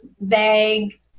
vague